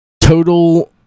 total